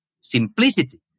simplicity